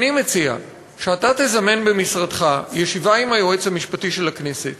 אני מציע שאתה תזמן במשרדך ישיבה עם היועץ המשפטי של הכנסת